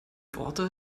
worte